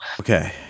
Okay